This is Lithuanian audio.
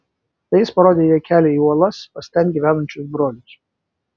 tai jis parodė jai kelią į uolas pas ten gyvenančius brolius